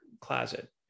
closet